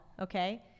okay